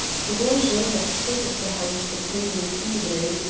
gros jean had quitted the house the previous evening,